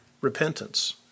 repentance